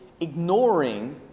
ignoring